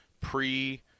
pre